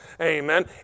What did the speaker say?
amen